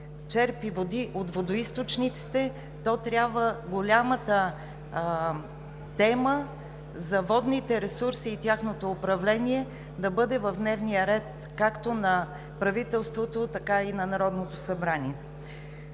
черпи води от водоизточниците, то трябва голямата тема за водните ресурси и тяхното управление да бъде в дневния ред както на правителството, така и на Народното събрание.